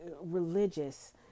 religious